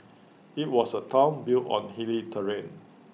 IT was A Town built on hilly terrain